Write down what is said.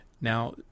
Now